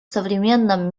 современном